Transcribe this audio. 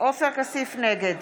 נגד